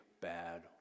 bad